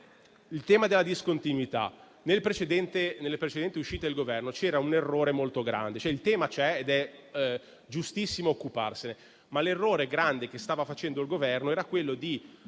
il tema della discontinuità, nelle precedenti uscite al Governo c'era un errore molto grande. Il tema c'è ed è giustissimo occuparsene. Ma l'errore grande che stava facendo il Governo era di